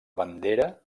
bandera